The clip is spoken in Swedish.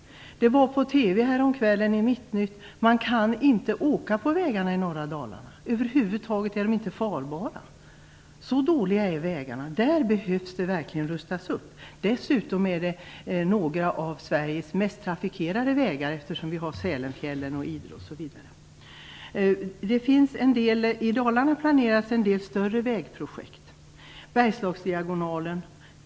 Det var på TV häromkvällen, i Mittnytt. Man kan inte åka på vägarna i norra Dalarna. De är över huvud taget inte farbara, så dåliga är vägarna. De behöver verkligen rustas upp. Dessutom är de några av Sveriges mest trafikerade vägar, eftersom vi har Sälenfjällen och I Dalarna planeras en del större vägprojekt, Borlänge.